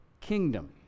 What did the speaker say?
kingdom